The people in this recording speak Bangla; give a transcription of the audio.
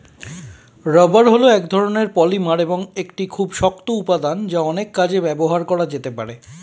রাবার হল এক ধরণের পলিমার এবং একটি খুব শক্ত উপাদান যা অনেক কাজে ব্যবহার করা যেতে পারে